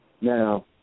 Now